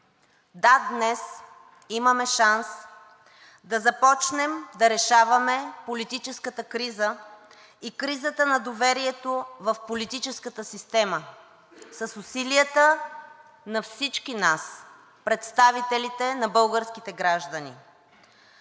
Да, днес имаме шанс да започнем да решаваме политическата криза и кризата на доверието в политическата система с усилията на всички нас – представителите на българските граждани.